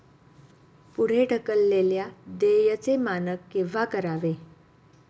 पुढे ढकललेल्या देयचे मानक केव्हा करावे?